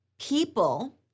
People